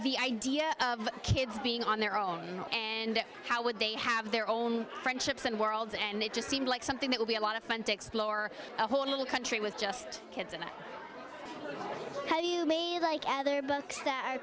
the idea of kids being on their own and how would they have their own friendships and worlds and it just seemed like something that would be a lot of fun to explore a whole little country was just kids and how you made like other books that